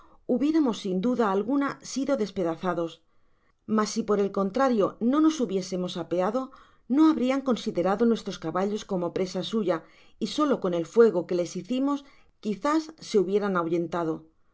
hubiéramos sin duda alguna sido despedazados mas si por el contrario no nos hubié semos apeado no babrian considerado nuestros caballos como presa suya y solo con el fuego que les hicimos quizás se huí ieran ahuyentado ó